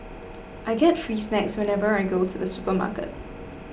I get free snacks whenever I go to the supermarket